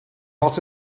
lot